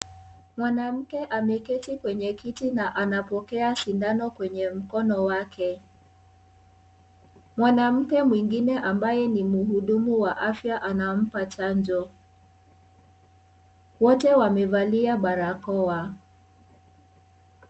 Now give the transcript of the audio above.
Mwanamke ameketi kwenye kiti na anapokea sindano kwenye mkono wake. Mwanamke mwingine ambaye ni mhudumu wa afya anampa chanjo. Wote wamevalia barakoa.